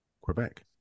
Quebec